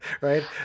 right